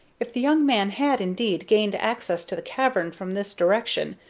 if the young man had indeed gained access to the cavern from this direction,